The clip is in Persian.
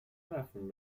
مفهومی